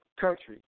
Country